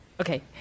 Okay